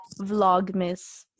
Vlogmas